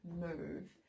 move